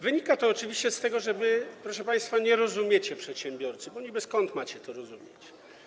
Wynika to oczywiście z tego, że wy, proszę państwa, nie rozumiecie przedsiębiorcy, bo niby skąd macie to rozumieć.